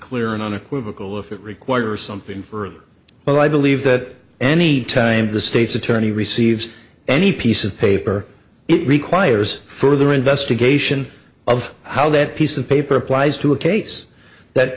clear and unequivocal if it requires something further but i believe that any time the state's attorney receives any piece of paper it requires further investigation of how that piece of paper applies to a case that